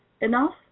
enough